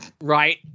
Right